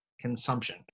consumption